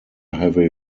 heavy